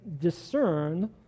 discern